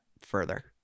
further